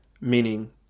meaning